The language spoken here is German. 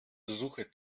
suche